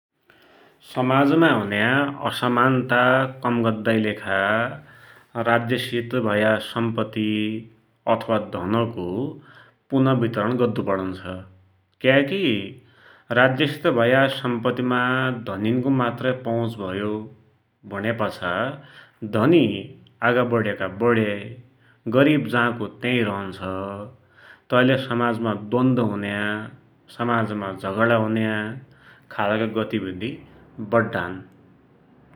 समाजमा हुन्या असमानता का गर्दाकी लेखा राज्य सित भया सम्पत्ति अथवा धनको पुनःवितरण गर्दु पडुन्छ । क्याकी राज्यसित भया सम्पत्तिमा धनिनको मात्र पहुँच भयो भुण्यापाछा धनी आगा बड्याका बडेइ, गरिव जा को त्यही रहन्छ । तैले समाजमा द्वन्द हुन्या, समाजमा झगडा हुन्या खालका गतिविधि बड्डान ।